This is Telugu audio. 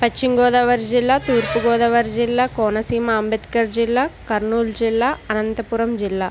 పశ్చిమగోదావరి జిల్లా తూర్పుగోదావరి జిల్లా కోనసీమ అంబేద్కర్ జిల్లా కర్నూలు జిల్లా అనంతపురం జిల్లా